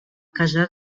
casar